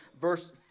verse